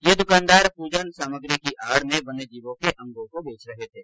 ये दुकानदार पूजन सामग्री की आड़ में वन्यजीवों के अंगों को बेच रहे थे